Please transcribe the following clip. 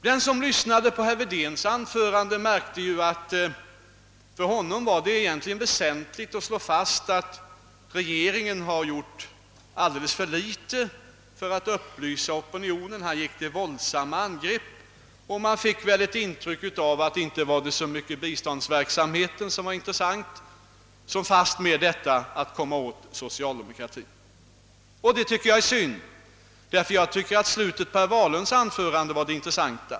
Den som lyssnade på herr Wedéns anförande kunde iaktta att det väsentliga för honom var att slå fast att regeringen hade gjort alldeles för litet för att upplysa opinionen. Han gick till våldsamma angrepp, och man fick. ett intryck av att det intressanta inte så mycket var biståndsverksamheten utan fastmer att kritisera socialdemokratin. Det var synd, ty enligt min mening var slutet av herr Wedéns anförande det intressanta.